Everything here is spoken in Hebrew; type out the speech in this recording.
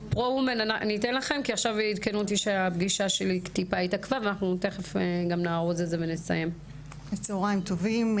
את מלווה את הנושא הזה וגם לא מזמן ערכנו כנס כדי לראות איך אוספים את